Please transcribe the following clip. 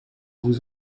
vous